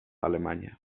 alemanya